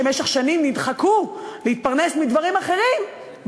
שבמשך שנים נדחקו להתפרנס מדברים אחרים,